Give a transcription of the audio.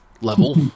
level